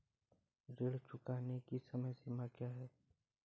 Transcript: ऋण चुकाने की समय सीमा क्या है?